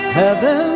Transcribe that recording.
heaven